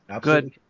Good